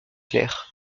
clair